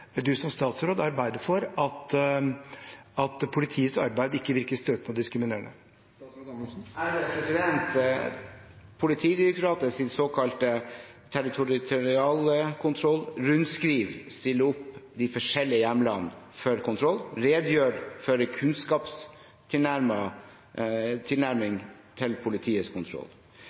at politiets arbeid ikke virker støtende og diskriminerende? Politidirektoratets såkalte territorialkontrollrundskriv stiller opp de forskjellige hjemlene for kontroll og redegjør for kunnskapstilnærmingen til politiets kontroll.